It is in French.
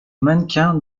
mannequin